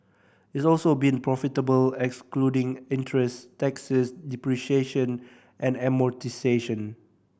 it's also been profitable excluding interest taxes depreciation and amortisation